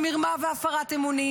במרמה ובהפרת אמונים,